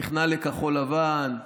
נכנע לכחול לבן,